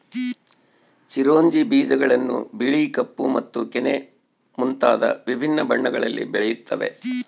ಚಿರೊಂಜಿ ಬೀಜಗಳನ್ನು ಬಿಳಿ ಕಪ್ಪು ಮತ್ತು ಕೆನೆ ಮುಂತಾದ ವಿಭಿನ್ನ ಬಣ್ಣಗಳಲ್ಲಿ ಬೆಳೆಯುತ್ತವೆ